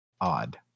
Odd